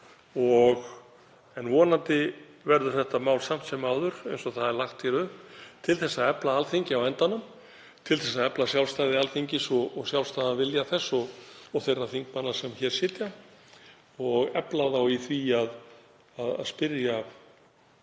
En vonandi verður þetta mál samt sem áður, eins og það er lagt hér upp, til að efla Alþingi á endanum, til að efla sjálfstæði Alþingis og sjálfstæðan vilja þess og þeirra þingmanna sem hér sitja, og efla þá í því að spyrja